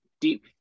deep